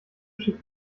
schickt